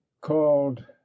called